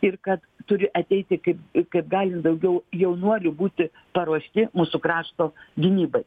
ir kad turi ateiti kaip kaip galint daugiau jaunuolių būti paruošti mūsų krašto gynybai